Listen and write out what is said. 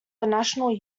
national